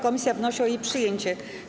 Komisja wnosi o jej przyjęcie.